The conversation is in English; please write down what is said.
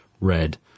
red